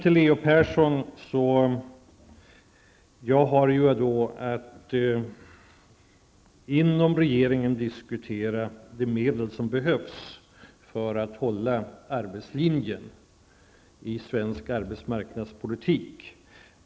Till Leo Persson vill jag säga att jag har att inom regeringen diskutera de medel som behövs för att upprätthålla arbetslinjen i svensk arbetsmarknadspolitik.